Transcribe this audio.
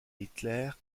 hitler